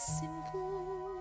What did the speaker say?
simple